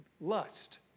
lust